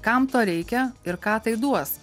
kam to reikia ir ką tai duos